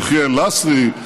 יחיאל לסרי,